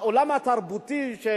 העולם התרבותי של,